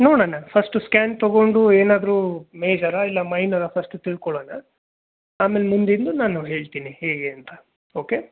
ನೋಡಣ first scan ತಗೊಂಡು ಏನಾದ್ರೂ ಮೇಜರಾ ಇಲ್ಲ ಮೈನರಾ ಫಸ್ಟ್ ತಿಳ್ಕೊಳೋಣ ಆಮೇಲೆ ಮುಂದಿಂದು ನಾನು ಹೇಳ್ತೀನಿ ಹೇಗೆ ಅಂತ ಓಕೆ